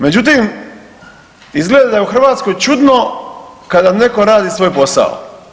Međutim, izgleda da je u Hrvatskoj čudno kada netko radi svoj posao.